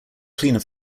cleaner